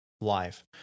life